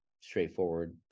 straightforward